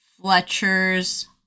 Fletcher's